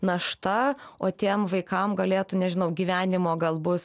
našta o tiem vaikams galėtų nežinau gyvenimo gal bus